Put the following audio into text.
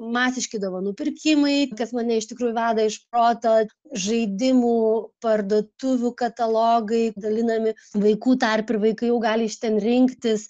masiški dovanų pirkimai kas mane iš tikrųjų veda iš proto žaidimų parduotuvių katalogai dalinami vaikų tarpe ir vaikai jau gali iš ten rinktis